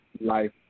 life